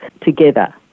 together